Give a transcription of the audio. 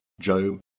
Job